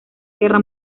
guerra